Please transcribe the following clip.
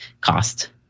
cost